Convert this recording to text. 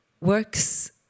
works